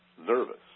nervous